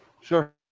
Sure